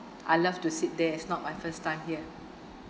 I'd love to seat there it's not my first time here